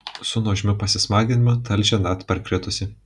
su nuožmiu pasismaginimu talžė net parkritusį